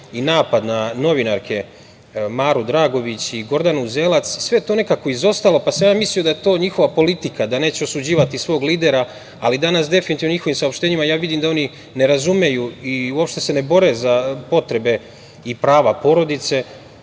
i napad na novinarke Maru Dragović i Gordanu Uzelac. Sve je to nekako izostalo, pa sam ja mislio da je to njihova politika, da neće osuđivati svog lidera, ali danas definitivno u njihovih saopštenjima ja vidim da oni ne razumeju i uopšte se ne bore za potrebe i prava porodice,